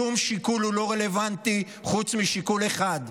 שום שיקול הוא לא רלוונטי חוץ משיקול אחד: